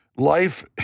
Life